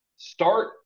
start